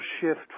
shift